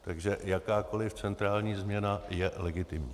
Takže jakákoli centrální změna je legitimní.